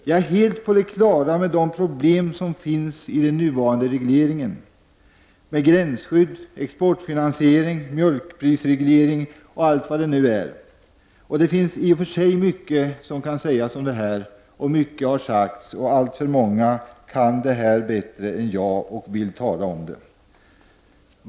Jag är helt på det klara med de problem som finns i den nuvarande regleringen, med gränsskydd, exportfinansiering, mjölkprisreglering och allt vad det nu är. Och det finns i och för sig mycket att säga om detta. Mycket har sagts, och alltför många kan detta bättre än jag och vill tala om det.